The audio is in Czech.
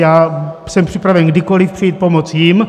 Já jsem připraven kdykoli přijít pomoct jim.